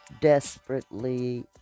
desperately